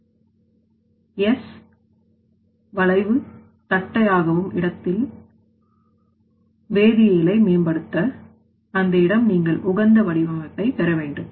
S வளைவுத தட்டையாகவும் இடத்தில் வேதியியலை மேம்படுத்த அந்த இடம் நீங்கள் உகந்த வடிவமைப்பை பெற வேண்டும்